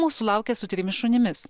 mūsų laukia su trimis šunimis